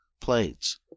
plates